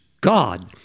God